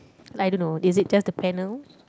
I don't know is it just the panel